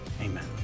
amen